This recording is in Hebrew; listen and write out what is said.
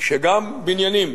שגם בניינים